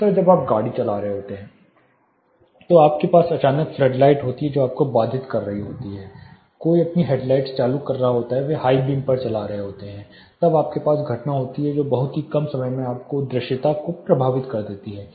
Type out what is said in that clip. दूसरा जब आप गाड़ी चला रहे होते हैं तो आपके पास अचानक फ्लडलाइट होती है जो आपको बाधित कर रही होती है कोई अपनी हेडलाइट्स चालू कर रहा होता है वे हाई बीम पर होते हैं तब आपके पास घटना होती है जो बहुत ही कम समय में आपकी दृश्यता को प्रभावित करती है